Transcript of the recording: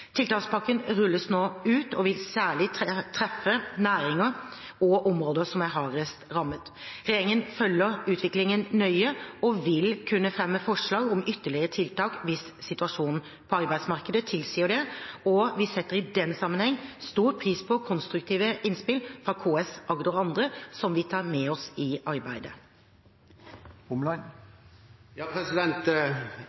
Tiltakspakken rulles nå ut og vil særlig treffe næringer og områder som er hardest rammet. Regjeringen følger utviklingen nøye og vil kunne fremme forslag om ytterligere tiltak hvis situasjonen på arbeidsmarkedet tilsier det, og vi setter i den sammenheng stor pris på konstruktive innspill fra KS Agder og andre, som vi tar med oss i arbeidet.